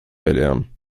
belehren